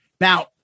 Now